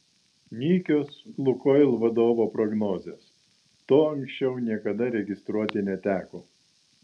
nykios lukoil vadovo prognozės to anksčiau niekada registruoti neteko